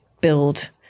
build